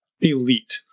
elite